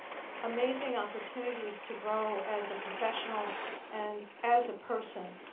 amazing opportunities to grow as a professional and as a person.